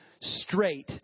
straight